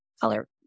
color